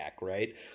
right